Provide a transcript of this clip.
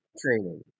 training